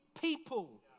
people